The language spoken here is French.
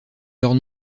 leurs